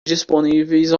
disponíveis